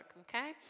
okay